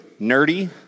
nerdy